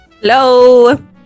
Hello